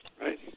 Right